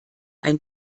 ein